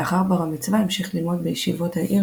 לאחר בר המצווה המשיך ללמוד בישיבות העיר,